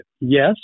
Yes